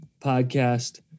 podcast